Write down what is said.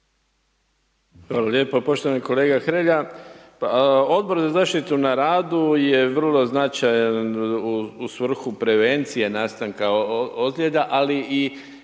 Hvala lijepa. Poštovani kolega Hrelja, pa Odbor za zaštitu na radu je vrlo značajan u svrhu prevencije nastanka ozljeda ali